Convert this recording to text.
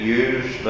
use